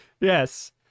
Yes